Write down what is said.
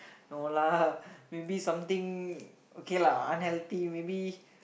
no lah maybe something okay lah unhealthy maybe